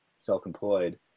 self-employed